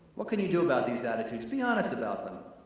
what can you do about these attitudes? be honest about them!